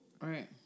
Right